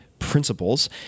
principles